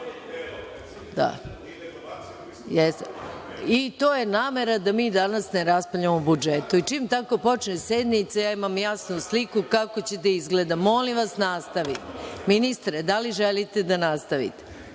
To je namera da mi danas ne raspravljamo o budžetu. Čim tako počne sednica, ja imam jasnu sliku kako će da izgleda. Molim vas, nastavite. Ministre, da li želite da nastavite?